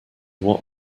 what